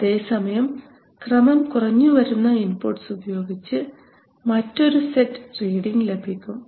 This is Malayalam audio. അതേസമയം ക്രമം കുറഞ്ഞുവരുന്ന ഇൻപുട്ട്സ് ഉപയോഗിച്ച് മറ്റൊരു സെറ്റ് റീഡിങ് ലഭിക്കും